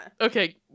Okay